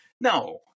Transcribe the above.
no